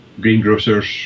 greengrocers